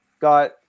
got